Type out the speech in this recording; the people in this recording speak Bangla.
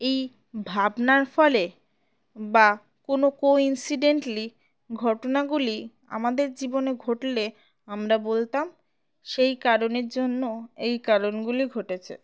এই ভাবনার ফলে বা কোনো কোইন্সিডেন্টালি ঘটনাগুলি আমাদের জীবনে ঘটলে আমরা বলতাম সেই কারণের জন্য এই কারণগুলি ঘটেছে